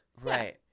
Right